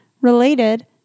related